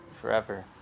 forever